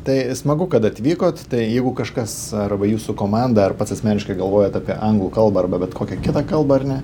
tai smagu kad atvykot tai jeigu kažkas arba jūsų komanda ar pats asmeniškai galvojat apie anglų kalbą arba bet kokią kitą kalba ar ne